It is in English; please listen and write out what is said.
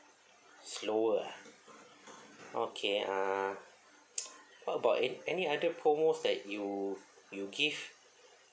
slower ah okay uh how about a any other promos that you you give